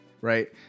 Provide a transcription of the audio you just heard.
right